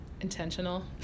intentional